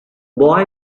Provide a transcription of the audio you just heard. boy